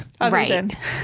Right